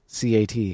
CAT